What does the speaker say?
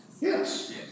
Yes